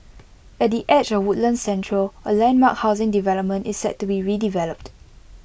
at the edge of Woodlands central A landmark housing development is set to be developed